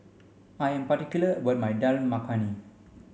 I am particular about my Dal Makhani